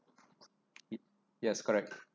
yes correct